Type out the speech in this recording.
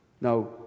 Now